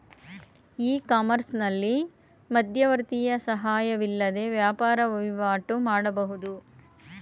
E ಕಾಮರ್ಸ್ನಲ್ಲಿ ಮಧ್ಯವರ್ತಿಯ ಸಹಾಯವಿಲ್ಲದೆ ವ್ಯಾಪಾರ ವಹಿವಾಟು ಮಾಡಬಹುದು